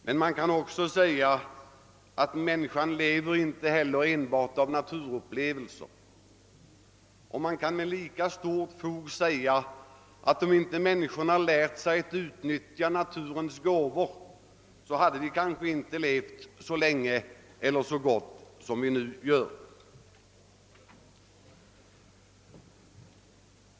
Man kan emellertid också säga att människan inte heller enbart lever av naturupplevelser, och med lika stort fog kan man säga att om inte människorna lärt sig att utnyttja naturens gåvor hade vi kanske inte levat så länge eller så gott som vi nu gör.